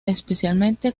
especialmente